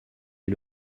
est